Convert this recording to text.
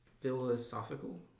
Philosophical